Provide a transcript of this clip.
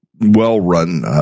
well-run